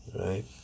right